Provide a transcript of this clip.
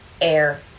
air